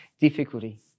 difficulty